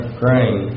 grain